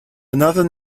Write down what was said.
another